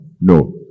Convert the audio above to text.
No